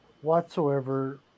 whatsoever